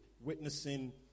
witnessing